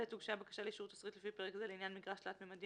(ב)הוגשה בקשה לאישור תשריט לפי פרק זה לעניין מגרש תלת-ממדי